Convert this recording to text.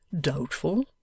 Doubtful